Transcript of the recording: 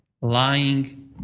lying